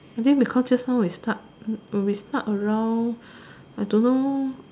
I think because just now we start mm we start around I don't know